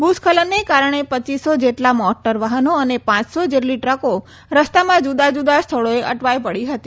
ભુસ્ખલનના કારણે પચ્ચીસો જેટલા મોટર વાહનો અને પાંચસો જેટલી ટ્રકો રસ્તામાં જુદા જુદા સ્થળોએ અટવાઈ પડી હતી